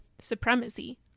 supremacy